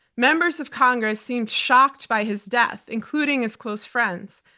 members of congress seemed shocked by his death, including his close friends.